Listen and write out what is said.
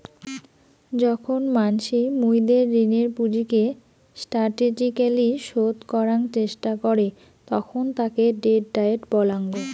যখন মানসি মুইদের ঋণের পুঁজিকে স্টাটেজিক্যলী শোধ করাং চেষ্টা করে তখন তাকে ডেট ডায়েট বলাঙ্গ